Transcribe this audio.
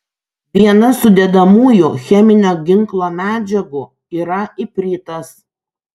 viena sudedamųjų cheminio ginklo medžiagų yra ipritas